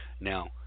Now